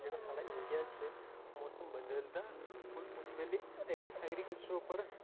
जेह्ड़ा साढ़ा एरियां ऐ जिसलै मौसम बदलदा ऐ उस बेल्लै ऐगरीकल्चर उप्पर